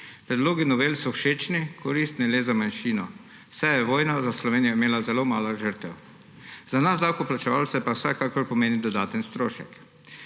Predlogi novel so všečni, koristni le za manjšino, saj je vojna za Slovenijo imela zelo malo žrtev, za nas davkoplačevalce pa vsekakor pomeni dodaten strošek.